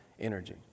energy